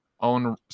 own